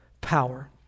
power